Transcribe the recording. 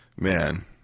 man